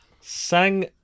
Sang